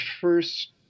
first